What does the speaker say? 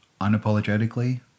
unapologetically